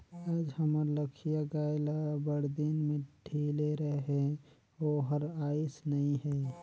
आयज हमर लखिया गाय ल बड़दिन में ढिले रहें ओहर आइस नई हे